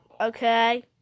Okay